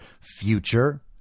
future